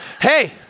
Hey